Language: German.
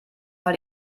mal